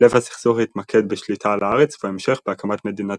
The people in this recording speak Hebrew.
לב הסכסוך התמקד בשליטה על הארץ ובהמשך - בהקמת מדינת